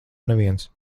neviens